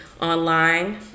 online